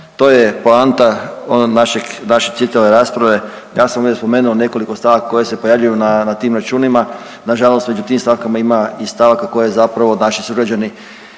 To je poanta one naše čitave rasprave. Ja sam već spomenuo nekoliko stavaka koje se pojavljuju na tim računima. Na žalost među tim stavkama ima i stavaka koje zapravo naši sugrađani